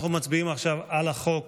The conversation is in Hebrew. אנחנו מצביעים עכשיו על החוק